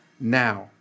now